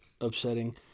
upsetting